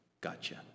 Gotcha